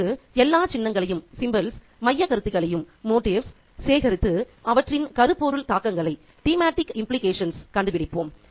இப்போது எல்லா சின்னங்களையும் மையக்கருத்துகளையும் சேகரித்து அவற்றின் கருப்பொருள் தாக்கங்களைக் கண்டுபிடிப்போம்